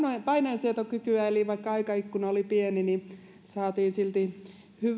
paineensietokykyä eli vaikka aikaikkuna oli pieni niin saatiin silti